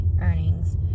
earnings